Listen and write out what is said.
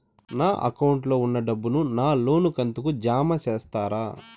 నా అకౌంట్ లో ఉన్న డబ్బును నా లోను కంతు కు జామ చేస్తారా?